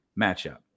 matchup